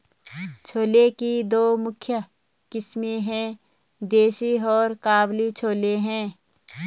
छोले की दो मुख्य किस्में है, देसी और काबुली छोले हैं